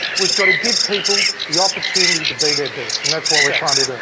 we've got to give people the opportunity to be their best, and that's what we're trying to do.